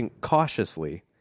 cautiously